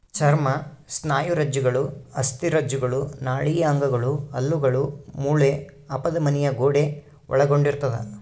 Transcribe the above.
ಚರ್ಮ ಸ್ನಾಯುರಜ್ಜುಗಳು ಅಸ್ಥಿರಜ್ಜುಗಳು ನಾಳೀಯ ಅಂಗಗಳು ಹಲ್ಲುಗಳು ಮೂಳೆ ಅಪಧಮನಿಯ ಗೋಡೆ ಒಳಗೊಂಡಿರ್ತದ